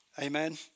Amen